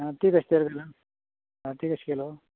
आं तीं कशी तर किलो आं तीं कशीं किलो